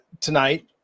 tonight